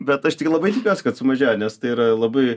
bet aš tik labai tikiuosi kad sumažėjo nes tai yra labai